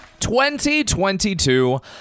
2022